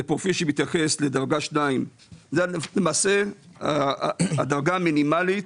זה פרופיל שמתייחס לדרגה 2. למעשה הדרגה המינימלית